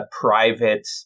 private